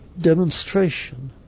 demonstration